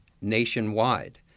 nationwide